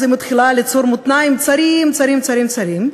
אז היא מתחילה ליצור מותניים צרים צרים צרים צרים,